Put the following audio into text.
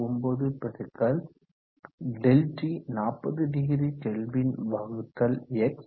69 பெருக்கல் ∆T 40°K வகுத்தல் X 0